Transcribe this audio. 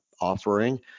offering